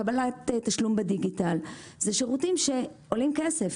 קבלת תשלום בדיגיטל זה שירותים שעולים כסף.